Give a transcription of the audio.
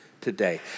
today